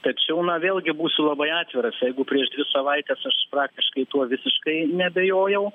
tačiau na vėlgi būsiu labai atviras jeigu prieš dvi savaites aš praktiškai tuo visiškai neabejojau